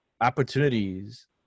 opportunities